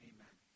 Amen